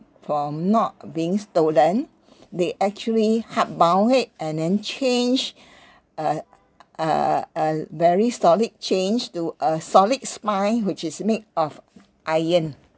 from not being stolen they actually hard bound it and then changed uh (err)a very solid chain to a solid spine which is made of iron